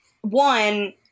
One